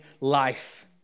life